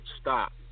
stop